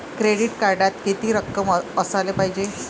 Credit कार्डात कितीक रक्कम असाले पायजे?